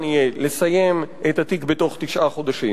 יהיה לסיים את התיק בתוך תשעה חודשים.